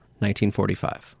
1945